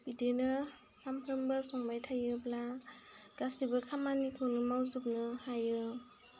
बिदिनो सानफ्रामबो संबाय थायोब्ला गासिबो खामानिखौनो मावजोबनो हायो